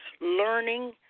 learning